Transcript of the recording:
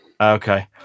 okay